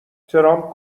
ترامپ